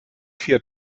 vier